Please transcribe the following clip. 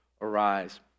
arise